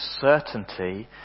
certainty